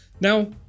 now